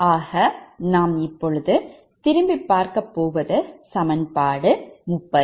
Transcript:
ஆக நாம் இப்பொழுது திரும்பிப் பார்க்கப்போவதுசமன்பாடு 30